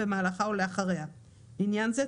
במהלכה או לאחריה; לעניין זה,